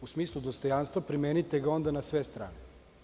U smislu dostojanstva, primenite ga onda na sve strane.